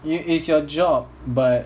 it is your job but